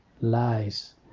lies